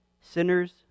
Sinners